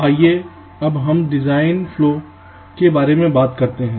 आइए अब हम डिज़ाइन फ्लो के बारे में बात करते हैं